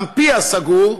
גם פיה סגור.